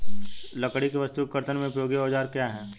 लकड़ी की वस्तु के कर्तन में उपयोगी औजार क्या हैं?